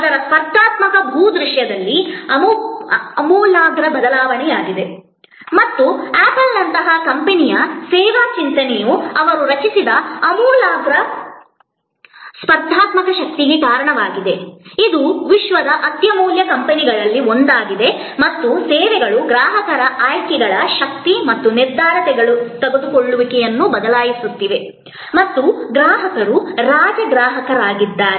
ಅದರ ಸ್ಪರ್ಧಾತ್ಮಕ ಭೂದೃಶ್ಯದಲ್ಲಿ ಆಮೂಲಾಗ್ರ ಬದಲಾವಣೆಯಾಗಿದೆ ಮತ್ತು ಆಪಲ್ ನಂತಹ ಕಂಪನಿಯ ಸೇವಾ ಚಿಂತನೆಯು ಅವರು ರಚಿಸಿದ ಆಮೂಲಾಗ್ರ ಸ್ಪರ್ಧಾತ್ಮಕ ಶಕ್ತಿಗೆ ಕಾರಣವಾಗಿದೆ ಇದು ವಿಶ್ವದ ಅತ್ಯಮೂಲ್ಯ ಕಂಪನಿಗಳಲ್ಲಿ ಒಂದಾಗಿದೆ ಮತ್ತು ಸೇವೆಗಳು ಗ್ರಾಹಕರ ಆಯ್ಕೆಗಳ ಶಕ್ತಿ ಮತ್ತು ನಿರ್ಧಾರ ತೆಗೆದುಕೊಳ್ಳುವಿಕೆಯನ್ನು ಬದಲಾಯಿಸುತ್ತಿವೆ ಮತ್ತು ವ್ಯವಹಾರದಲ್ಲಿ ಗ್ರಾಹಕರು ರಾಜ ಗ್ರಾಹಕರಾಗಿದ್ದಾರೆ